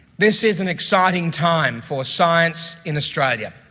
this is an exciting time for science in australia.